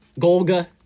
Golga